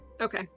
Okay